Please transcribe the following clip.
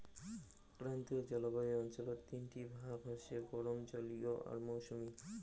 ক্রান্তীয় জলবায়ু অঞ্চলত তিনটি ভাগ হসে গরম, জলীয় আর মৌসুমী